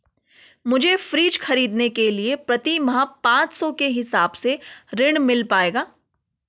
मुझे फ्रीज खरीदने के लिए प्रति माह पाँच सौ के हिसाब से ऋण मिल पाएगा?